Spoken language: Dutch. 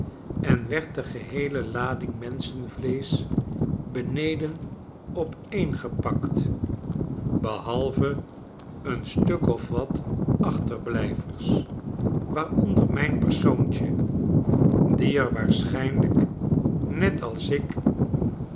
en werd de geheele lading menschenvleesch beneden opeengepakt behalve een stuk of wat achterblijvers waaronder mijn persoontje die er waarschijnlijk net als ik